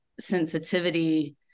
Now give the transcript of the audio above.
sensitivity